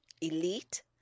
Elite